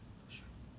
sure